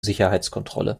sicherheitskontrolle